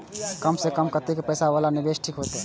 कम से कम कतेक पैसा वाला निवेश ठीक होते?